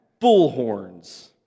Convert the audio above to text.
bullhorns